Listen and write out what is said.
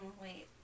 Wait